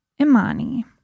Imani